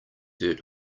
dirt